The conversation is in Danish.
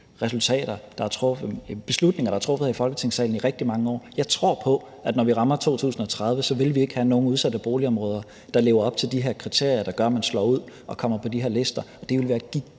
politiske beslutninger, der er truffet her i Folketingssalen i rigtig mange år. Jeg tror på, at vi, når vi rammer 2030, så ikke vil have nogen udsatte boligområder, der lever op til de her kriterier, der gør, at man slår ud og kommer på de her lister, og det vil være et